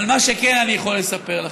אבל מה שכן אני יכול לספר לכם,